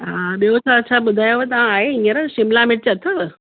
हा ॿियो त छा छा ॿुधायांव आहे हीअंर शिमिला मिर्च अथव